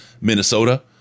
Minnesota